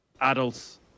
adults